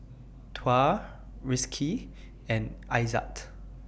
Tuah Rizqi and Aizat